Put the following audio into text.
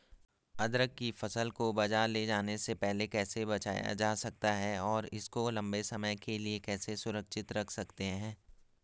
अदरक की फसल को बाज़ार ले जाने से पहले कैसे बचाया जा सकता है और इसको लंबे समय के लिए कैसे सुरक्षित रख सकते हैं?